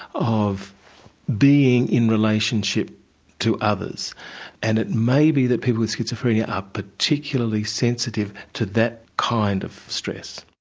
of being in relationship to others and it may be that people with schizophrenia are particularly sensitive to that kind of stress.